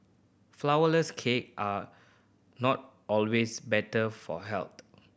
flourless cake are not always better for health